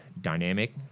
dynamic